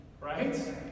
Right